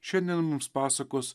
šiandien mums pasakos